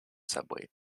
subway